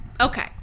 Okay